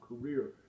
career